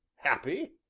happy?